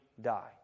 die